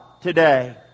today